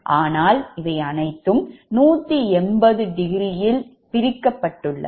ஆனால் இவை அனைத்தும் 180⁰ யில் பிரிக்கப்பட்டுள்ளது